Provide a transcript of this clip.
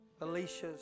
Alicia's